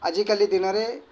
ଆଜିକାଲି ଦିନରେ